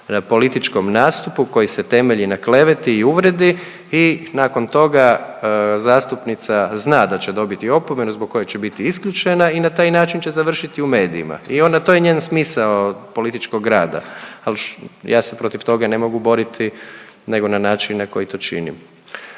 političkom nastupu koji se temelji na kleveti i uvredi i nakon toga zastupnica zna da će dobiti opomenu zbog koje će biti isključena i na taj način će završiti u medijima. I ona, to je njen smisao političkog rada, ali ja se protiv toga ne mogu boriti nego na način na koji to činim.